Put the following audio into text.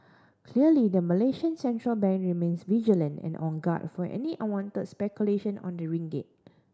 clearly the Malaysian central bank remains vigilant and on guard for any unwanted speculation on the ringgit